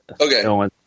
Okay